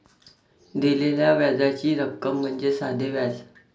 दिलेल्या व्याजाची रक्कम म्हणजे साधे व्याज